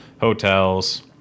hotels